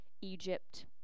Egypt